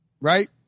right